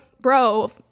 Bro